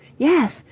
yes.